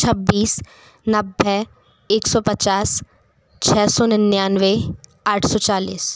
छब्बीस नब्बे एक सौ पचास छः सौ निन्यानवे आठ सौ चालीस